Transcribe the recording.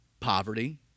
Poverty